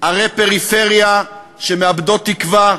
ערי פריפריה שמאבדות תקווה,